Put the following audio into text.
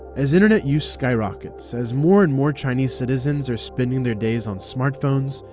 as internet use skyrockets, as more and more chinese citizens are spending their days on smartphones,